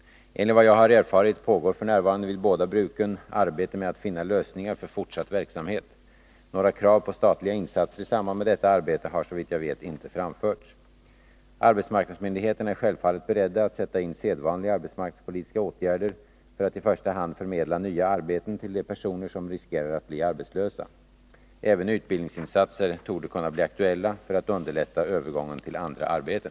Enligt vad jag har erfarit pågår f. n. vid båda bruken arbete med att finna lösningar för fortsatt verksamhet. Några krav på statliga insatser i samband med detta arbete har såvitt jag vet inte framförts. Arbetsmarknadsmyndigheterna är självfallet beredda att sätta in sedvanliga arbetsmarknadspolitiska åtgärder för att i första hand förmedla nya arbeten till de personer som riskerar att bli arbetslösa. Även utbildningsinsatser torde kunna bli aktuella för att underlätta övergången till andra arbeten.